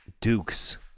Dukes